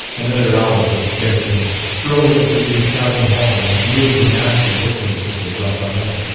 another hour was spent in strolling through the italian hall and viewing the master-workmanship of raphael,